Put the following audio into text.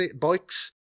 bikes